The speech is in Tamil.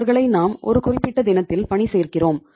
அவர்களை நாம் ஒரு குறிப்பிட்ட தினத்தில் பணி சேர்க்கிறோம்